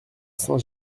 saint